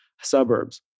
suburbs